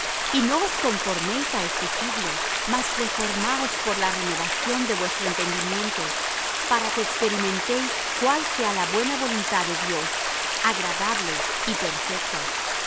y no os conforméis á este siglo mas reformaos por la renovación de vuestro entendimiento para que experimentéis cuál sea la buena voluntad de dios agradable y perfecta